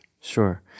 Sure